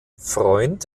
freund